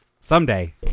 someday